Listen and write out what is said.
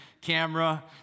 camera